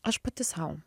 aš pati sau